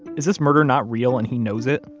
is this murder not real and he knows it?